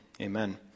Amen